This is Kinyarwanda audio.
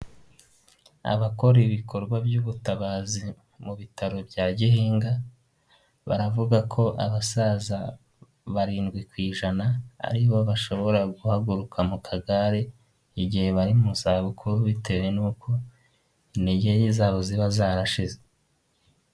Abakora ibikorwa by'ubutabazi mu bitaro bya Gihinga baravuga ko abasaza barindwi ku ijana, ari bo bashobora guhaguruka mu kagare igihe bari mu zabukuru bitewe n'uko intege zabo ziba zarashize.